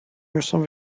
müssen